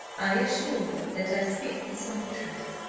i assure you that i speak the simple truth.